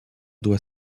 doit